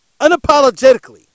unapologetically